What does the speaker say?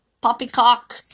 poppycock